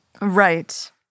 Right